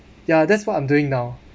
ya that's what I'm doing now